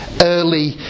early